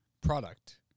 product